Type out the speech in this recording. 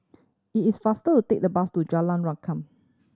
it is faster to take the bus to Jalan Rengkam